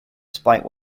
spite